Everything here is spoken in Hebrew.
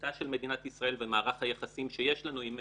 תדמיתה של מדינת ישראל ומערך היחסים שיש לנו עם מדינות,